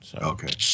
Okay